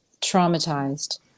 traumatized